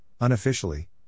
unofficially